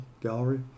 Gallery